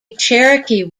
cherokee